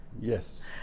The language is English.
Yes